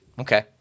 Okay